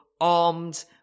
armed